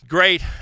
Great